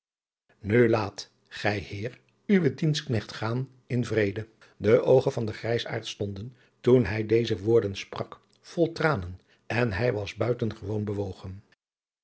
nu laat gij heer uwen dienstknecht gaan in vrede de oogen van den grijsaard stonden toen hij deze woorden sprak vol tranen en hij was buitengewoon bewogen